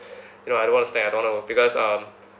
you know I don't want to snack I don't want to because um